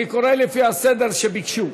אני קורא לפי הסדר שביקשו.